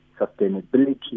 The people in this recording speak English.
sustainability